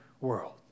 world